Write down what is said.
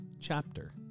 chapter